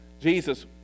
Jesus